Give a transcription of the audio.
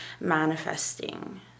Manifesting